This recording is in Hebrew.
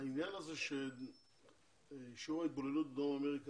העניין הזה של שיעור ההתבוללות בדרום אמריקה,